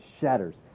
shatters